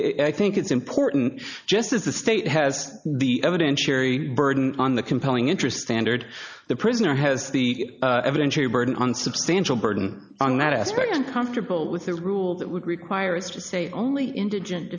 but i think it's important just as the state has the evidence sherry burden on the compelling interest standard the prisoner has the evidentiary burden on substantial burden on that aspect and comfortable with the rule that would require is to say only indigent